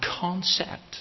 concept